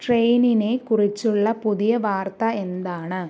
ട്രെയിനിനെ കുറിച്ചുള്ള പുതിയ വാർത്ത എന്താണ്